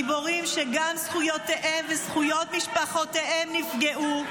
גיבורים שגם זכויותיהם וזכויות משפחותיהם נפגעו.